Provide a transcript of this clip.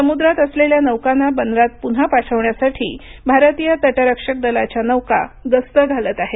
समुद्रात असलेल्या नौकांना बंदरात पुन्हा पाठवण्यासाठी भारतीय तटरक्षक दलाच्या नौका गस्त घालत आहेत